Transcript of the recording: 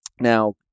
Now